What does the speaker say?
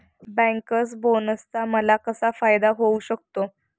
Bankers बोनसचा मला कसा फायदा होऊ शकतो?